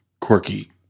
quirky